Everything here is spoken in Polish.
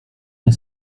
nie